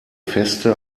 feste